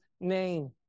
name